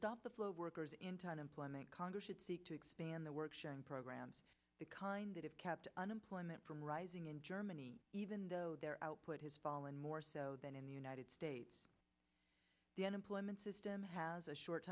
stop the flow of workers into unemployment congress should seek to expand the work sharing program to kind of kept unemployment from rising in germany even though their output has fallen more so than in the united states the unemployment system has a short